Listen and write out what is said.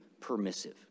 permissive